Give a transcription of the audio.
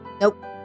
Nope